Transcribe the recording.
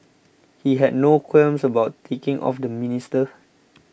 he had no qualms about ticking off the minister